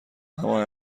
همان